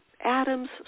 Adam's